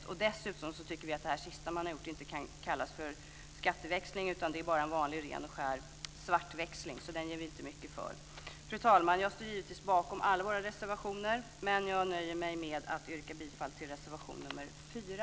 Vi tycker dessutom att det senaste som man har genomfört inte kan kallas en skatteväxling utan bara är en ren och skär svartväxling. Den ger vi inte mycket för. Fru talman! Jag står givetvis bakom alla våra reservationer, men jag nöjer mig med att yrka bifall till reservation nr 4.